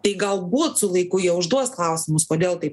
tai galbūt su laiku jie užduos klausimus kodėl taip